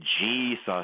Jesus